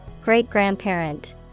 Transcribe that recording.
Great-grandparent